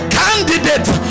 candidate